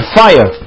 fire